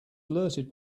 alerted